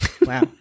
wow